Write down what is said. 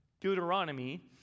Deuteronomy